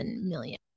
million